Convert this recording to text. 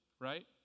right